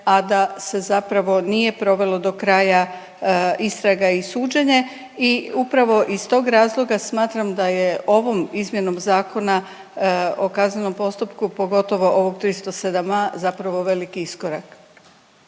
a da se zapravo nije provelo do kraja istraga i suđenje. I upravo iz tog razloga smatram da je ovom izmjenom Zakona o kaznenom postupku, pogotovo ovog 307a. zapravo velik iskorak.